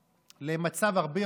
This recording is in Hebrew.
נתקבלה.